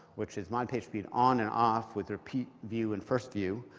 which is mod pagespeed on and off with repeat view and first view.